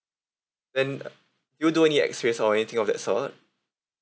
then you do any X-rays or anything of that sort